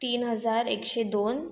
तीन हजार एकशे दोन